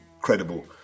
credible